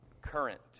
current